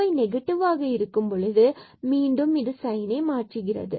fy நெகட்டிவாக இருக்கும் பொழுது மீண்டும் சைன்னை மாற்றுகிறது